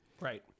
Right